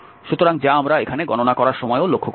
সুতরাং যা আমরা এখানে গণনা করার সময়ও লক্ষ্য করব